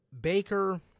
Baker